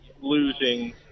losing